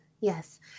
Yes